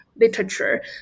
literature